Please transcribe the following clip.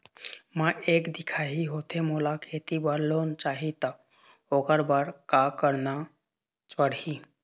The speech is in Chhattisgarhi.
मैं एक दिखाही होथे मोला खेती बर लोन चाही त ओकर बर का का करना पड़ही?